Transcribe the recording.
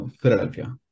Philadelphia